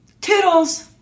toodles